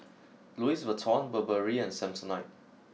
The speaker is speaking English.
Louis Vuitton Burberry and Samsonite